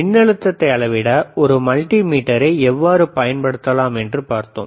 மின்னழுத்தத்தை அளவிட ஒரு மல்டிமீட்டரை எவ்வாறு பயன்படுத்தலாம் என்று பார்த்தோம்